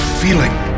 feeling